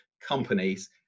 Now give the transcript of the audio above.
companies